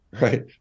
right